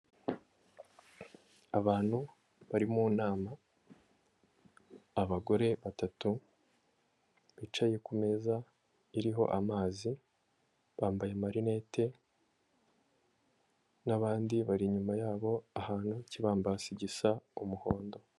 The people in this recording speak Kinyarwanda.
Abantu bari mu nama: abagore batatu bicaye ku meza iriho amazi, bambaye marinete, n'abandi bari inyuma yabo, ahantu h'ikibambasi gisa umuhondo.